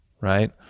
right